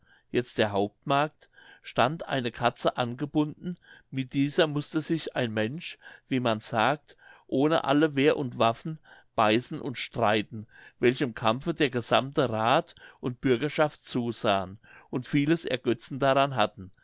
jetzt der hauptmarkt stand eine katze angebunden mit dieser mußte sich ein mensch wie man sagt ohne alle wehr und waffen beißen und streiten welchem kampfe der gesammte rath und bürgerschaft zusahen und vieles ergötzen daran hatten